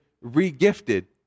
re-gifted